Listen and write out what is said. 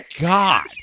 God